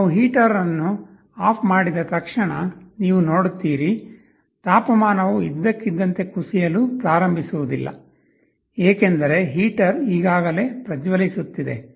ನಾವು ಹೀಟರ್ ಅನ್ನು ಆಫ್ ಮಾಡಿದ ತಕ್ಷಣ ನೀವು ನೋಡುತ್ತೀರಿ ತಾಪಮಾನವು ಇದ್ದಕ್ಕಿದ್ದಂತೆ ಕಡಿಮೆಯಾಗಲು ಪ್ರಾರಂಭಿಸುವುದಿಲ್ಲ ಏಕೆಂದರೆ ಹೀಟರ್ ಈಗಾಗಲೇ ಪ್ರಜ್ವಲಿಸುತ್ತಿದೆ